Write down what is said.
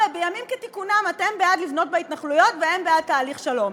הרי בימים כתיקונם אתם בעד לבנות בהתנחלויות והם בעד תהליך שלום,